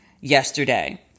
yesterday